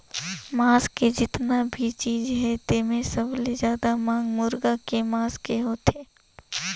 मांस के जेतना भी चीज हे तेम्हे सबले जादा मांग मुरगा के मांस के होथे